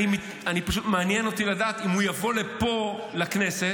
פשוט מעניין אותי לדעת אם הוא יבוא לפה לכנסת,